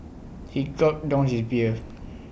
he gulped down his beer